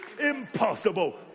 impossible